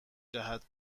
جهت